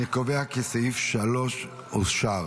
אני קובע כי סעיף 3 אושר.